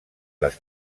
les